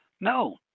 No